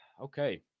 Okay